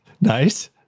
Nice